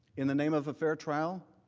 in the name of a fair trial,